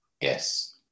Yes